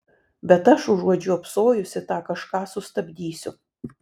bet aš užuot žiopsojusi tą kažką sustabdysiu